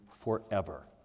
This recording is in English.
forever